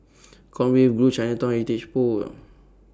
Conway Grove Chinatown Heritage